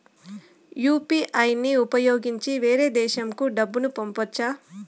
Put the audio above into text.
UPI ని ఉపయోగించి వేరే దేశంకు డబ్బును పంపొచ్చా?